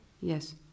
Yes